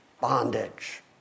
bondage